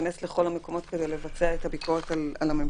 להיכנס לכל המקומות כדי לבצע את הביקורת על הממשלה